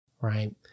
right